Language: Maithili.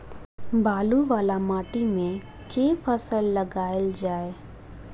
बालू वला माटि मे केँ फसल लगाएल जाए?